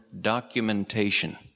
documentation